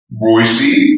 Royce